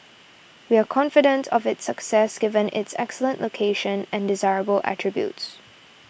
we are confidence of its success given its excellent location and desirable attributes